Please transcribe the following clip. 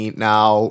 now